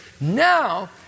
Now